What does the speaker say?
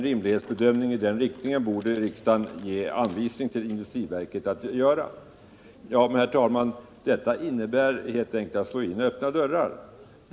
Riksdagen borde alltså ge industriverket anvisningar om att göra rimlighetsbedömningar i den riktningen. Detta innebär emellertid, herr talman, att slå in öppna dörrar.